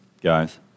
guys